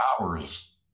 hours